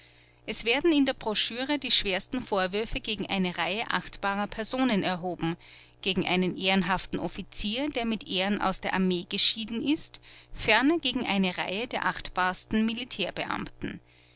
es werden in der broschüre die schwersten vorwürfe gegen eine reihe achtbarer personen erhoben gegen einen ehrenhaften offizier der mit ehren aus der armee geschieden ist ferner gegen eine reihe der